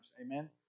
amen